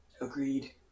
Agreed